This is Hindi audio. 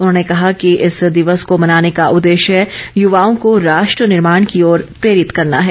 उन्होंने कहा कि इस दिवस को मनाने का उद्देश्य युवाओं को राष्ट्र निर्माण की ओर प्रेरित करना है